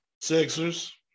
Sixers